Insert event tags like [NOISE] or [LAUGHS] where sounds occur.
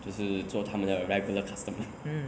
就是做他们的 regular customer [LAUGHS]